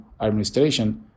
administration